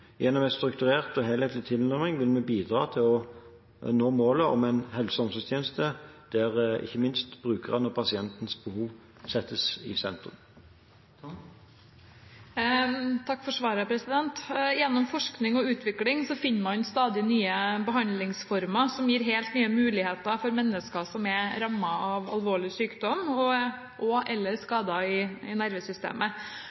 gjennom en strukturert og helhetlig tilnærming vil vi bidra til å nå målet om en helse- og omsorgstjeneste der ikke minst brukerens og pasientens behov settes i sentrum. Takk for svaret. Gjennom forskning og utvikling finner man stadig nye behandlingsformer som gir helt nye muligheter for mennesker som er rammet av alvorlig sykdom og/eller skader i nervesystemet.